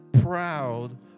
proud